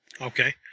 Okay